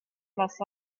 las